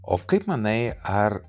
o kaip manai ar